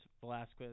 Velasquez